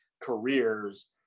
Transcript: careers